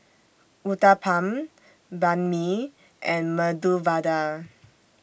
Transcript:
Uthapam Banh MI and Medu Vada